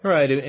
Right